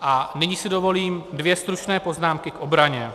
A nyní si dovolím dvě stručné poznámky k obraně.